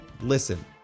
listen